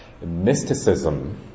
mysticism